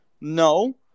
No